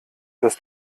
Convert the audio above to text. dass